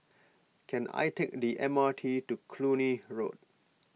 can I take the M R T to Cluny Road